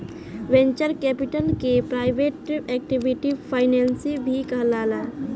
venture capital के private equity financing भी कहाला